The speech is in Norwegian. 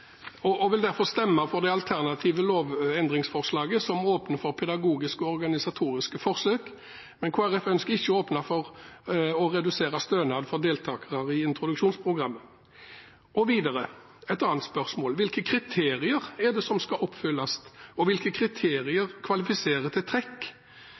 derfor stemme for det alternative lovendringsforslaget som åpner for pedagogiske og organisatoriske forsøk, men Kristelig Folkeparti ønsker ikke å åpne for å redusere stønaden for deltakere i introduksjonsprogrammet. Et annet spørsmål er: Hvilke kriterier er det som skal oppfylles, og hvilke kriterier kvalifiserer til trekk?